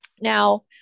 Now